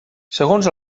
segons